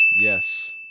Yes